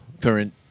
current